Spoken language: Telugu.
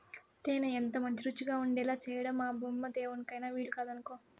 తేనె ఎంతమంచి రుచిగా ఉండేలా చేయడం ఆ బెమ్మదేవుడికైన వీలుకాదనుకో